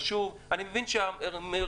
אני מבין שנושא פתיחת השמיים הוא חשוב.